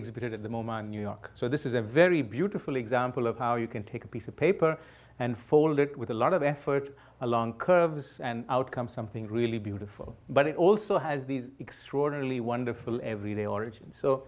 exhibited at the moment new york so this is a very beautiful example of how you can take a piece of paper and fold it with a lot of effort along curves and outcomes something really beautiful but it also has these extraordinarily wonderful everyday origins so